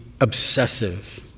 obsessive